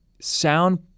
sound